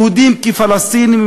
יהודים כפלסטינים,